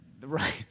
Right